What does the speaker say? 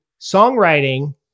songwriting